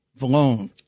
Vallone